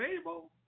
able